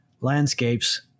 landscapes